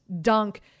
dunk